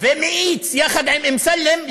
ומאיץ יחד עם אמסלם,